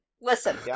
listen